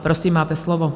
Prosím, máte slovo.